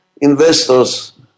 investors